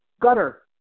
gutter